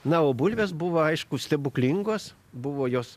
na o bulvės buvo aišku stebuklingos buvo jos